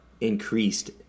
increased